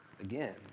again